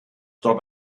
dort